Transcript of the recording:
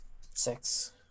Six